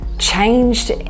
changed